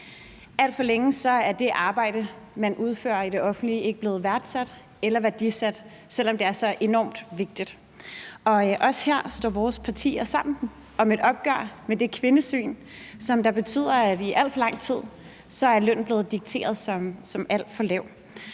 Alt for længe er det arbejde, man udfører i det offentlige, ikke blevet værdsat eller værdisat, selv om det er så enormt vigtigt. Også her står vores partier sammen om et opgør med det kvindesyn, som betyder, at lønnen i alt for lang tid er blevet dikteret til at være alt